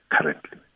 currently